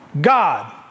God